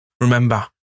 Remember